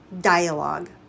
dialogue